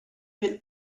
will